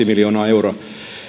miljoonaa euroa